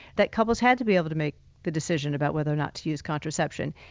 that couples had to be able to make the decision about whether or not to use contraception.